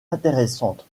intéressante